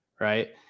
right